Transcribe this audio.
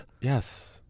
Yes